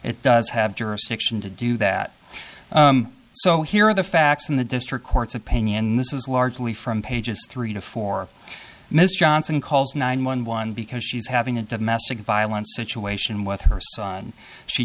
it does have jurisdiction to do that so here are the facts from the district court's opinion this is largely from pages three to four miss johnson calls nine one one because she's having a domestic violence situation with her son she